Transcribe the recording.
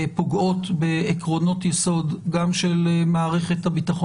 פוגעות בעקרונות יסוד גם של מערכת הביטחון